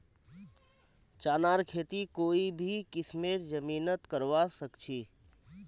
चनार खेती कोई भी किस्मेर जमीनत करवा सखछी